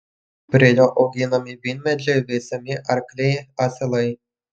prie jo auginami vynmedžiai veisiami arkliai asilai